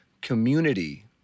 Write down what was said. community